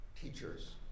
teachers